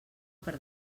per